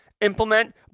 implement